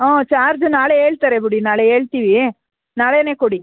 ಹಾಂ ಚಾರ್ಜ್ ನಾಳೆ ಹೇಳ್ತಾರೆ ಬಿಡಿ ನಾಳೆ ಹೇಳ್ತಿವಿ ನಾಳೇನೆ ಕೊಡಿ